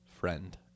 friend